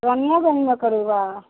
रानियोगञ्जमे करेबै